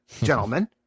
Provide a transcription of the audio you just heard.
gentlemen